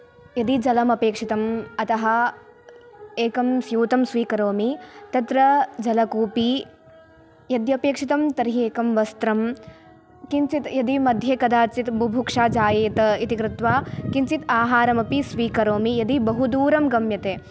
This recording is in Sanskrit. यदि जलमपेक्षितम् अतः एकं स्यूतं स्वीकरोमि तत्र जलकूपी यद्यपेक्षितं तर्हि एकं वस्त्रं किञ्चित् यदि मध्ये कदाचित् बुभुक्षा जायेत इति कृत्वा किञ्चित् आहारमपि स्वीकरोमि यदि बहु दूरं गम्यते